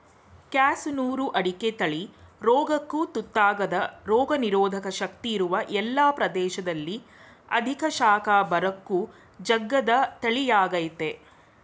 ಕ್ಯಾಸನೂರು ಅಡಿಕೆ ತಳಿ ರೋಗಕ್ಕು ತುತ್ತಾಗದ ರೋಗನಿರೋಧಕ ಶಕ್ತಿ ಇರುವ ಎಲ್ಲ ಪ್ರದೇಶದಲ್ಲಿ ಅಧಿಕ ಶಾಖ ಬರಕ್ಕೂ ಜಗ್ಗದ ತಳಿಯಾಗಯ್ತೆ